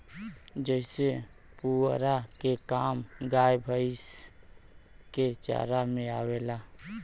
जेसे पुआरा के काम गाय भैईस के चारा में आवेला